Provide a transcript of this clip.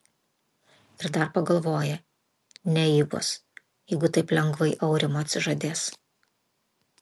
ir dar pagalvoja ne ji bus jeigu taip lengvai aurimo atsižadės